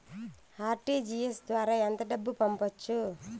RTGS ద్వారా ఎంత డబ్బు పంపొచ్చు?